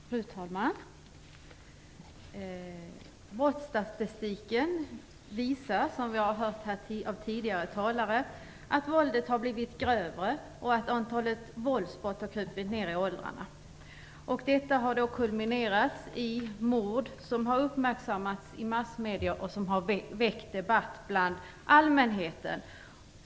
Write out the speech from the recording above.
Fru talman! Brottsstatistiken visar, som vi hört här av tidigare talare, att våldet har blivit grövre och att våldsbrotten har krupit ned i åldrarna. Detta har kulminerat i mord som har uppmärksammats i massmedia och som har väckt debatt hos allmänheten.